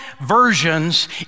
versions